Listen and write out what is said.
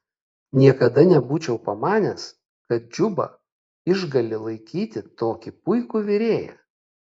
niekada nebūčiau pamanęs kad džuba išgali laikyti tokį puikų virėją